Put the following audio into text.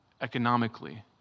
economically